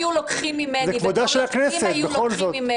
זה כבודה של הכנסת, בכל זאת.